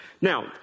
Now